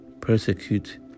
persecute